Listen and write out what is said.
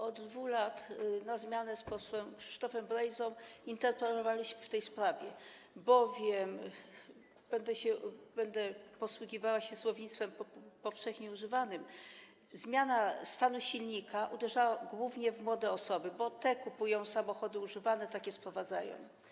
Od 2 lat na zmianę z posłem Krzysztofem Brejzą interpelowaliśmy w tej sprawie, bowiem - będę posługiwała się słownictwem powszechnie używanym - zmiana stanu licznika uderzała głównie w młode osoby, bo te kupują samochody używane, takie sprowadzają.